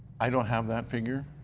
i don't have that figure.